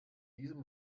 diesem